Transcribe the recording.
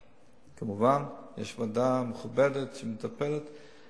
כמובן, יש ועדה מכובדת שמטפלת.